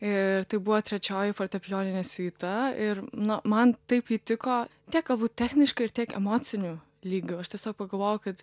ir tai buvo trečioji fortepijoninė siuita ir na man taip ji tiko tiek techniškai ir tiek emociniu lygiu aš tiesiog pagalvojau kad